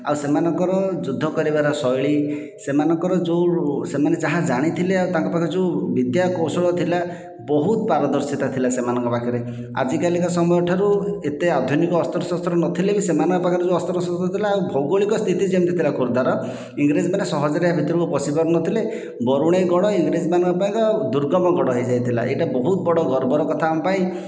ଆଉ ସେମାନଙ୍କର ଯୁଦ୍ଧ କରିବାର ଶୈଳୀ ସେମାନଙ୍କର ଯେଉଁ ସେମାନେ ଯାହା ଜାଣିଥିଲେ ଆଉ ତାଙ୍କ ପାଖରେ ଯେଉଁ ବିଦ୍ୟା କୌଶଳ ଥିଲା ବହୁତ ପାରଦର୍ଶିତା ଥିଲା ସେମାନଙ୍କ ପାଖରେ ଆଜିକାଲିକା ସମୟ ଠାରୁ ଏତେ ଆଧୁନିକ ଅସ୍ତ୍ରଶସ୍ତ୍ର ନଥିଲା କି ସେମାନଙ୍କ ପାଖରେ ଯେଉଁ ଅସ୍ତ୍ରଶସ୍ତ୍ର ଥିଲା ଭୌଗଳିକ ସ୍ଥିତି ଯେମିତି ଥିଲା ଖୋର୍ଦ୍ଧାର ଇଂରେଜମାନେ ସହଜରେ ଆ ଭିତରକୁ ପଶି ପାରିନଥିଲେ ବରୁଣେଇ ଗଡ଼ ଇଂରେଜ ମାନଙ୍କ ପାଇଁ କା ଦୁର୍ଗମ ଗଡ଼ ହୋଇଯାଇଥିଲା ଏକ ବହୁତ ବଡ଼ ଗର୍ବର କଥା ଆମ ପାଇଁ